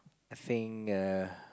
I think err